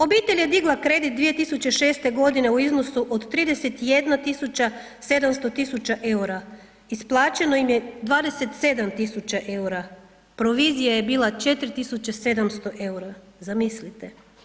Obitelj je digla kredit 2006. godine u iznosu od 31 tisuća 700 tisuća EUR-a, isplaćeno im je 27.000 EUR-a, provizija je bila 4.700 EUR-a, zamislite.